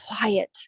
quiet